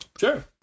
sure